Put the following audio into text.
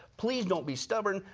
please don't be stubborn.